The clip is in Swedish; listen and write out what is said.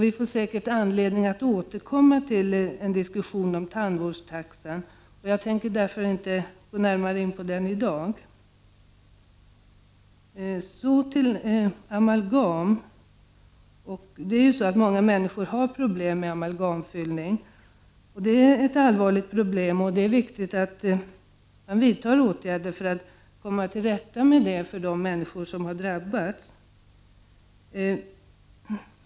Vi får säkert anledning att återkomma till diskussionen om tandvårdstaxan, och jag tänker därför inte närmare gå in på den i dag. Så till frågan om amalgam. Det är ju så att många människor har problem med amalgamfyllningar. Det är ett allvarligt problem, och det är viktigt att åtgärder vidtas för att komma till rätta med det för de människor som har drabbats.